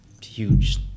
huge